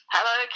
Hello